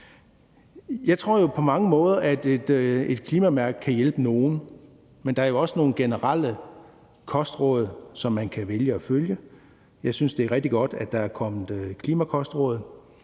Jeg tror, at et klimamærke på mange måder kan hjælpe nogle, men der er jo også nogle generelle kostråd, som man kan vælge at følge. Jeg synes, det er rigtig godt, at der er kommet klimakostråd,